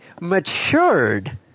Matured